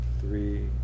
three